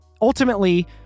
ultimately